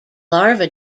larva